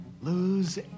Lose